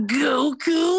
Goku